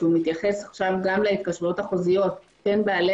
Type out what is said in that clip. שמתייחס גם להתקשרויות החוזיות בין בעלי